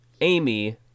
Amy